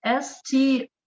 ST